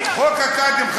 חוק הקאדים,